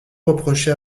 reprocher